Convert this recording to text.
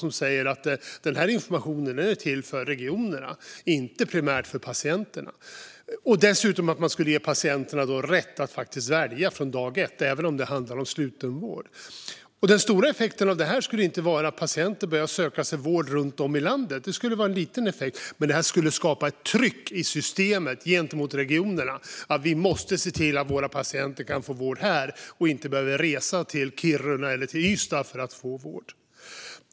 Utredaren sa att informationen är till för regionerna, inte primärt för patienterna. Dessutom skulle patienterna ges rätt att välja från dag ett, även om det handlar om slutenvård. Den stora effekten skulle inte vara att patienter börjar söka sig vård runt om i landet. Det skulle vara en liten effekt. I stället skulle det här skapa ett tryck i systemet gentemot regionerna att se till att patienterna kan få vård här och inte behöva resa till Kiruna eller Ystad för att få vård.